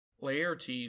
Laertes